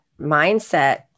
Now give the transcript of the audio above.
mindset